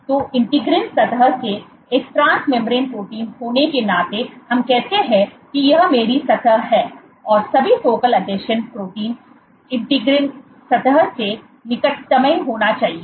तो इंटीग्रीन सतह से एक ट्रांस मेंब्रेन प्रोटीन होने के नाते हम कहते हैं कि यह मेरी सतह है और सभी फोकल आसंजन प्रोटीन इंटीग्रलिन सतह से निकटतम होना चाहिए